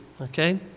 okay